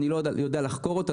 אני לא יודע לחקור אותו,